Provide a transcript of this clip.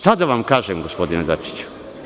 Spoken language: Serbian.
Šta da vam kažem gospodine Dačiću?